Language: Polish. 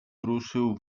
ruszył